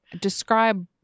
Describe